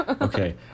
Okay